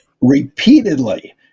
repeatedly